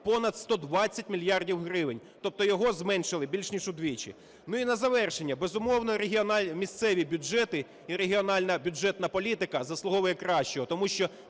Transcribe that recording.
понад 120 мільярдів гривень. Тобто його зменшили більш ніж у двічі. Ну, і на завершення. Безумовно, місцеві бюджети і регіональна бюджетна політика заслуговує кращого. Тому що